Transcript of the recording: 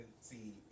see